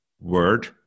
word